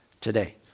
today